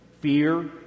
fear